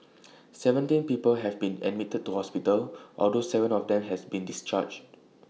seventeen people have been admitted to hospital although Seven of them have been discharged